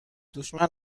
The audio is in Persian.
دشمن